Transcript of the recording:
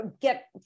get